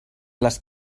les